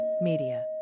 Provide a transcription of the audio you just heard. Media